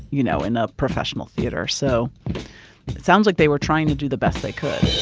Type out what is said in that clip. you know, in a professional theater. so it sounds like they were trying to do the best they could